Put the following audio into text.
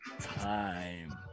time